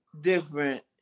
different